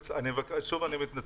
שוב אני מתנצל.